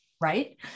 Right